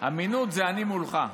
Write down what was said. אמינות זה אני מולך.